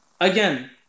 Again